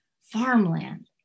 farmland